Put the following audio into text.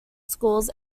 scores